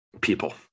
People